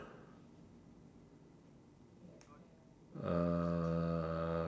uh